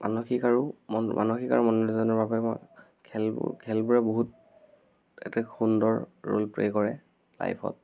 মানসিক আৰু মনো মানসিক আৰু মনোৰঞ্জনৰ বাবে মই খেলবোৰ খেলবোৰে বহুত এটি সুন্দৰ ৰ'লপ্লে' কৰে লাইফত